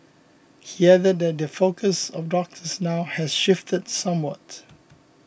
he added that the focus of doctors now has shifted somewhat